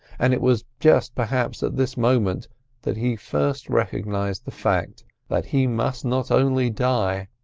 and it was just perhaps at this moment that he first recognised the fact that he must not only die,